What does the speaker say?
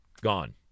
gone